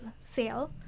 sale